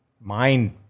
mind